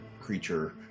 creature